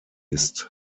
ist